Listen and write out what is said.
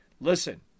listen